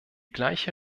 gleiche